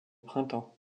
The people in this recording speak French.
printemps